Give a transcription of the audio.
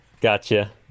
Gotcha